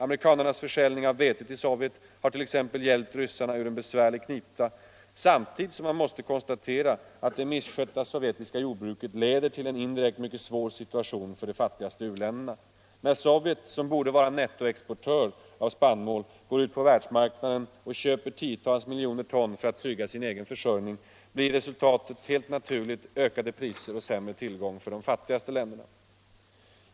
Amerikanernas försäljning av vete till Sovjet har t.ex. hjälpt ryssarna ur en besvärlig knipa, samtidigt som man måste konstatera att det missskötta sovjetiska jordbruket leder till en indirekt mycket svår situation för de fattigaste u-länderna. När Sovjet — som borde vara nettoexportör av spannmål — går ut på världsmarknaden och köper tiotals miljoner ton, för att trygga sin egen försörjning, blir resultatet helt naturligt ökade priser och sämre tillgång för de fattigaste länderna.